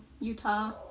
Utah